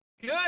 Good